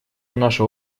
наша